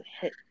hit